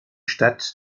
stadt